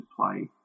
play